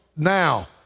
Now